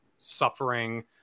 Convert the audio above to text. suffering